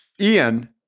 Ian